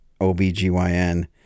OBGYN